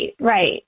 right